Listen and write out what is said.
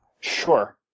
Sure